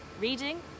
Reading